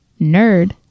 nerd